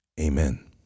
Amen